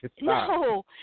No